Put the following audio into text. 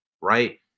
right